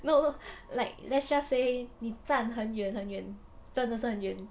no no like let's just say 你站很远很远真的是很远